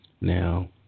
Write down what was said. Now